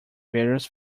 various